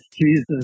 Jesus